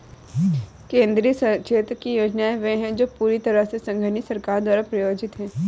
केंद्रीय क्षेत्र की योजनाएं वे है जो पूरी तरह से संघीय सरकार द्वारा प्रायोजित है